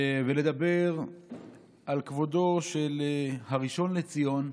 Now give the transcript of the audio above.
לדבר על כבודו של הראשון לציון,